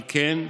על כן,